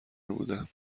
بودم